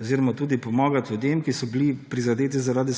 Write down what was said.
oziroma pomagati ljudem, ki so bili prizadeti zaradi